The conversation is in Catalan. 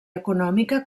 econòmica